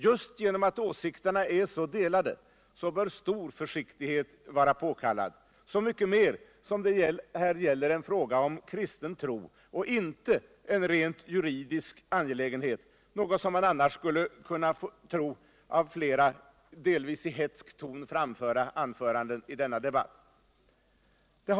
Just genom att åsikterna är så delade bör stor försiktighet vara påkallad, så mycket mer som det här gäller en fråga om kristen tro och inte en rent juridisk angelägenhet, något som man annars skulle kunna tro av flera, delvis i hätsk ton framförda, anföranden i denna debatt.